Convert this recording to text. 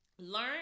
learn